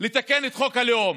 לתקן את חוק הלאום.